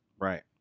Right